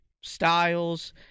Styles